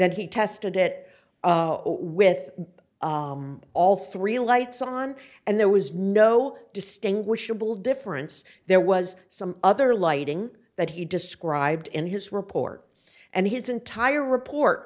then he tested it with all three lights on and there was no distinguishable difference there was some other lighting that he described in his report and his entire report